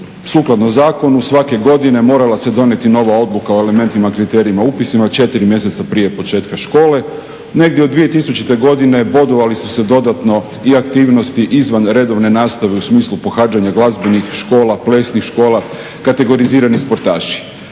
Sukladno zakonu svake godine morala se donijeti nova odluka o elementima kriterijima upisa četiri mjeseca prije početka škole. Negdje od 2000. godine bodovali su se dodatno i aktivnosti izvan redovne nastave u smislu pohađanja glazbenih škola, plesnih škola, kategorizirani sportaši.